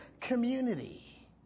community